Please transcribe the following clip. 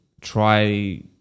try